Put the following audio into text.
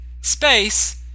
space